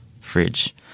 fridge